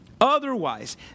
Otherwise